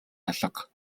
алга